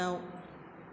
दाउ